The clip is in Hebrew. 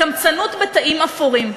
קמצנות בתאים אפורים.